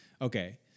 Okay